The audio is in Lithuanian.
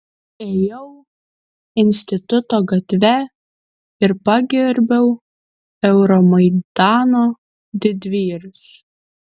ėjau instituto gatve ir pagerbiau euromaidano didvyrius